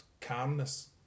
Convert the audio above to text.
calmness